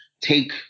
take